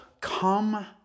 Come